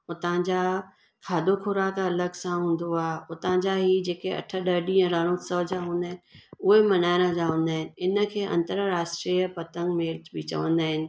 उतां जा खाधो ख़ोराक अलॻि सां हूंदो आहे उतां जा ई जेके अठ ॾह ॾींहं रण उत्सव जा हूंदा आहिनि उहे मल्हाइण जा हूंदा आहिनि हिनखे अंतरराष्ट्रीय पतंग मेला बि चवंदा आहिनि